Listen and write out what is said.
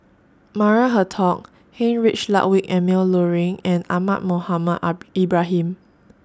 Maria Hertogh Heinrich Ludwig Emil Luering and Ahmad Mohamed Ibrahim